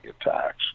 attacks